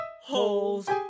Holes